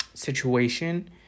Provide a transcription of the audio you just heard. Situation